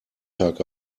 tag